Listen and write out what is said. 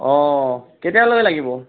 অ কেতিয়ালৈকে লাগিব